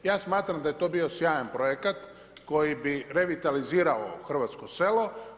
Ja smatram da je to bio sjajan projekat koji bi revitalizirao hrvatsko selo.